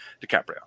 DiCaprio